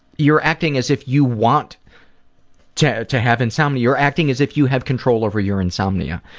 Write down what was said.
you're acting as if you want to to have insomnia. you're acting as if you have control over your insomnia.